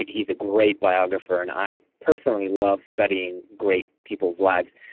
he's a great biographer, and i personally love studying great people's lives.